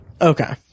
okay